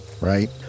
right